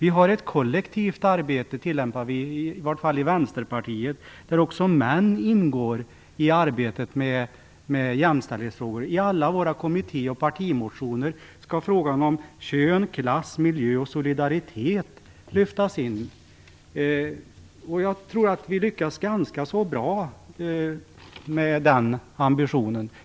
I vart fall i Vänsterpartiet tillämpar vi ett kollektivt arbete, där också män ingår i arbetet med jämställdhetsfrågor. I alla våra kommittéoch partimotioner skall frågan om kön, klass, miljö och solidaritet lyftas in. Jag tror att vi lyckas ganska bra med den ambitionen.